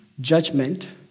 judgment